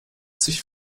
sich